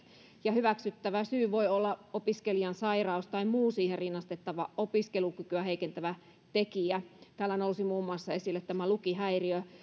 hyväksyttävä syy voi olla opiskelijan sairaus tai muu siihen rinnastettava opiskelukykyä heikentävä tekijä täällä nousi muun muassa esille tämä lukihäiriö